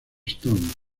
stones